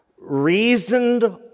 reasoned